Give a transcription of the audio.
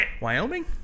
Wyoming